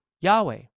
Yahweh